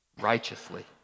righteously